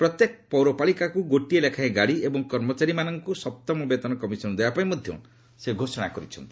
ପ୍ରତ୍ୟେକ ପୌରପାଳିକାକୁ ଗୋଟିଏ ଲେଖାଏଁ ଗାଡ଼ି ଏବଂ କର୍ମଚାରୀମାନଙ୍କୁ ସପ୍ତମ ବେତନ କମିଶନ୍ ଦେବାପାଇଁ ମଧ୍ୟ ସେ ଘୋଷଣା କରିଛନ୍ତି